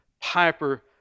Piper